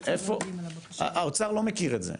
אם האוצר לא מכיר את זה,